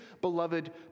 beloved